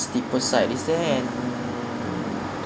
steeper side is there an